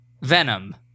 Venom